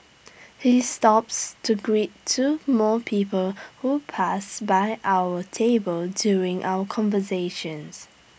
he stops to greet two more people who pass by our table during our conversations